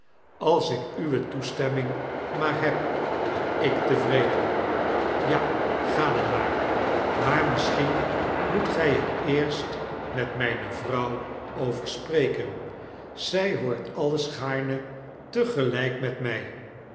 als ik uwe toestemming maar heb ben ik tevreden ja ga dan maar maar missehien moet gy er eerst met mijne vrouw over spreken zy hoort alles gaarne tegelyk met my